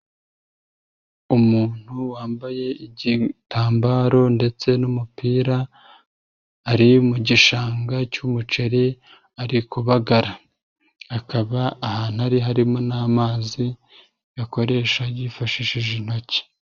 Umuntu wambaye igitambaro ndetse n'umupira ari mu gishanga cy'umuceri arikubagara, akaba ahantu ari harimo n'amazi yakoresha yifashishije intoki.